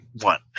one